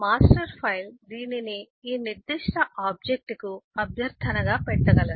master file దీనిని ఈ నిర్దిష్ట ఆబ్జెక్ట్ కు అభ్యర్థనగా పెట్టగలదు